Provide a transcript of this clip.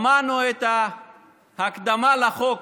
שמענו את ההקדמה לחוק